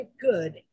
good